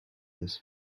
his